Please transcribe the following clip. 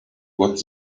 what